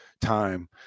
time